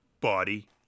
body